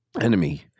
enemy